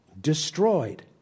destroyed